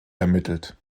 ermittelt